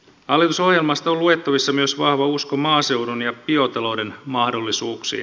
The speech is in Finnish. hallitusohjelmasta on luettavissa myös vahva usko maaseudun ja biotalouden mahdollisuuksiin